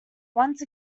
once